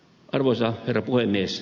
arvoisa herra puhemies